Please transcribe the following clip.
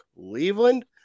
Cleveland